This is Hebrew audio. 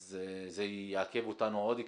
אז זה יעכב אותנו עוד קצת.